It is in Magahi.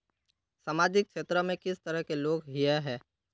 सामाजिक क्षेत्र में किस तरह के लोग हिये है?